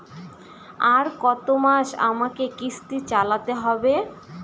আর কতমাস আমাকে কিস্তি চালাতে হবে?